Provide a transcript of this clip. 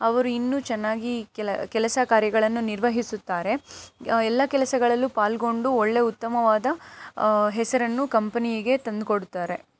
ಅವರು ಇನ್ನೂ ಚೆನ್ನಾಗಿ ಕೆಲಸ ಕೆಲಸ ಕಾರ್ಯಗಳನ್ನು ನಿರ್ವಹಿಸುತ್ತಾರೆ ಎಲ್ಲ ಕೆಲಸಗಳಲ್ಲೂ ಪಾಲ್ಗೊಂಡು ಒಳ್ಳೆಯ ಉತ್ತಮವಾದ ಹೆಸರನ್ನು ಕಂಪನಿಗೆ ತಂದುಕೊಡ್ತಾರೆ